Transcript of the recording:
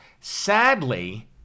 Sadly